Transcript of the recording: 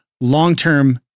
long-term